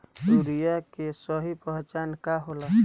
Urea के सही पहचान का होला?